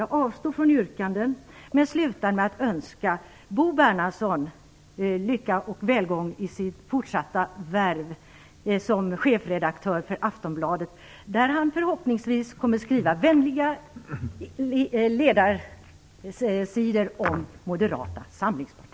Jag avstår från att framställa yrkanden och avslutar med att önska Bo Bernhardsson lycka och välgång i sitt fortsatta värv som chefredaktör för Aftonbladet, där han förhoppningsvis kommer att skriva vänliga ledarsidor om Moderata samlingspartiet.